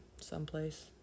someplace